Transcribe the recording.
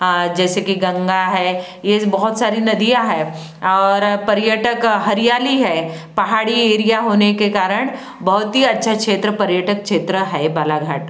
और जैसे कि गंगा है ये बहुत सारी नदियाँ हैं और पर्यटक हरियाली है पहाड़ी एरिया होने के कारण बहुत ही अच्छे अच्छे क्षेत्र पर्यटक क्षेत्र है बालाघाट